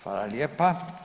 Hvala lijepo.